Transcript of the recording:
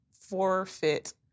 forfeit